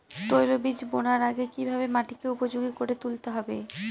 তৈলবীজ বোনার আগে কিভাবে মাটিকে উপযোগী করে তুলতে হবে?